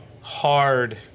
hard